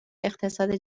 اقتصاد